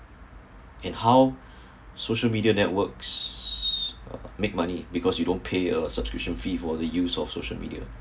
and how social media networks uh make money because you don't pay such a tuition fee for the use of social media